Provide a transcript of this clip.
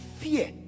fear